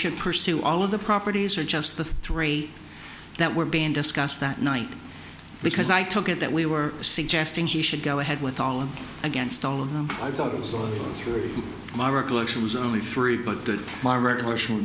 should pursue all of the properties or just the three that were being discussed that night because i took it that we were suggesting he should go ahead with all against all of them i thought it was going through my recollection was only three but the more regula